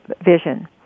vision